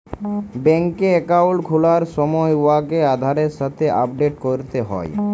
ব্যাংকে একাউল্ট খুলার সময় উয়াকে আধারের সাথে আপডেট ক্যরতে হ্যয়